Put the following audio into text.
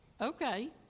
Okay